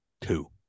Two